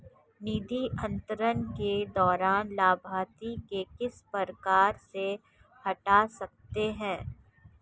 निधि अंतरण के दौरान लाभार्थी को किस प्रकार से हटा सकते हैं?